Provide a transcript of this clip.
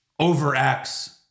overacts